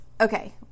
Okay